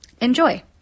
Enjoy